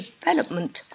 Development